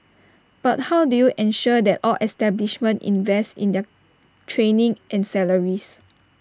but how do you ensure that all establishments invest in their training and salaries